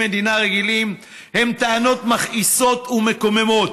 מדינה רגילים הן טענות מכעיסות ומקוממות.